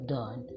done